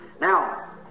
Now